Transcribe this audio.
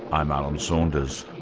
i'm alan saunders.